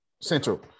central